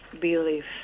belief